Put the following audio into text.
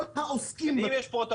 כל העוסקים.